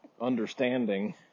understanding